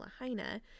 Lahaina